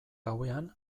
gauean